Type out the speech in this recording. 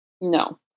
No